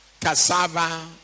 cassava